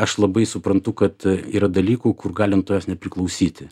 aš labai suprantu kad yra dalykų kur galim tuos nepriklausyti